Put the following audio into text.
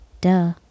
Duh